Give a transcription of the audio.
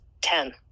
ten